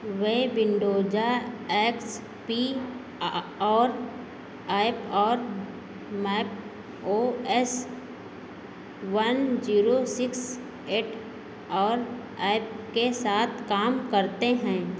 वे Windows X P और app और Mac O S one zero six eight और app के साथ काम करते हैं